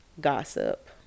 gossip